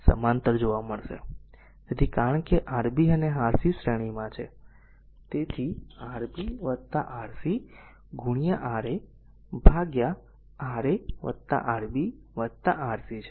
તેથી કારણ કે Rb અને Rc શ્રેણીમાં હશે તેથી Rb Rc ગુણ્યા Ra ભાગ્યા Ra Rb Rc છે